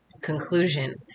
conclusion